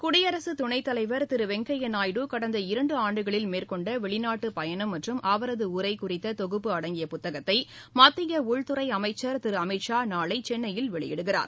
குடியரசுதுணைத்தலைவர் திருவெங்கையாநாயுடு இரண்டுஆண்டுகளில் கடந்த மேற்கொண்டவெளிநாட்டுபயணம் மற்றும் அவரதுஉரைகுறித்தொகுப்பு அடங்கிய புத்தகத்தைமத்தியஉள்துறைஅமைச்சர் திருஅமித்ஷா நாளைசென்னையில் வெளியிடுகிறார்